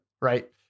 right